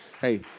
Hey